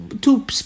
two